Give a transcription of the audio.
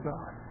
God